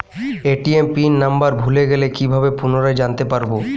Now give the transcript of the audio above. ATM PIN number ভুলে গেলে কি ভাবে পুনরায় জানতে পারবো?